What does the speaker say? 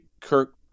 Kirk